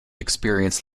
experienced